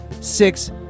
six